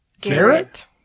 Garrett